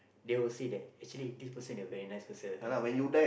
they will say that actually this person is a very nice person and yeah